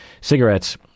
cigarettes